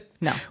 No